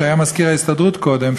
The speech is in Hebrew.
שהיה מזכיר ההסתדרות קודם,